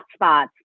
hotspots